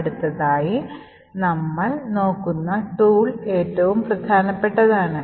അടുത്തതായി നമ്മൾ നോക്കുന്ന ഉപകരണം ഏറ്റവും പ്രധാനപ്പെട്ടതാണ്